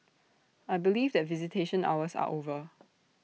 I believe that visitation hours are over